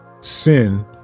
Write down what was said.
Sin